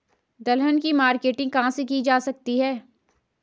दलहन की मार्केटिंग कहाँ की जा सकती है?